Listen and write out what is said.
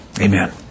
amen